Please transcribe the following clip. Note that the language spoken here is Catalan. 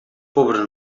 pobra